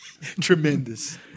Tremendous